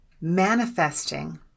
Manifesting